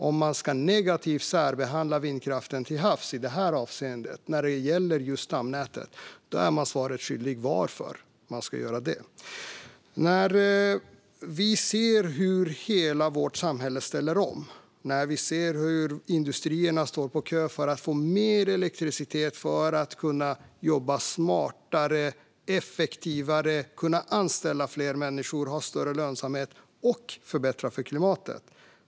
Om man ska särbehandla vindkraften till havs negativt i detta avseende, när det gäller just stamnätet, blir man svaret skyldig om varför man ska göra detta. Vi ser hur hela vårt samhälle ställer om och hur industrierna står på kö för att få mer elektricitet så att de kan jobba smartare och effektivare, anställa fler människor, ha större lönsamhet och förbättra klimatet.